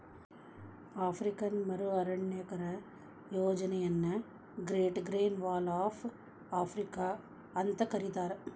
African ಮರು ಅರಣ್ಯೇಕರಣ ಯೋಜನೆಯನ್ನ great green wall of Africa ಅಂತ ಕರೇತಾರ